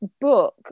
book